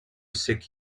sick